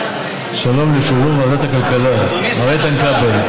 שלום ליושב-ראש ועדת הכלכלה מר איתן כבל.